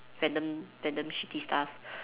random random shitty stuff